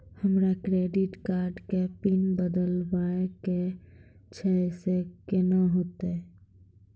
हमरा debit card के PIN बदलबावै के छैं से कौन होतै?